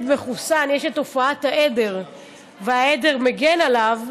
מחוסן יש את תופעת העדר והעדר מגן עליו,